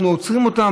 אנחנו עוצרים אותן,